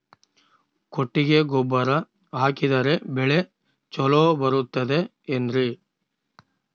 ಕೊಟ್ಟಿಗೆ ಗೊಬ್ಬರ ಹಾಕಿದರೆ ಬೆಳೆ ಚೊಲೊ ಬರುತ್ತದೆ ಏನ್ರಿ?